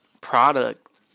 product